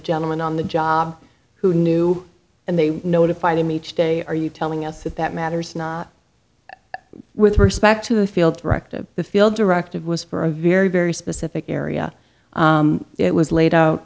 gentleman on the job who knew and they notified him each day are you telling us that that matters not with respect to the field directive the field directive was for a very very specific area it was laid out